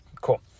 Cool